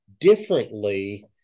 differently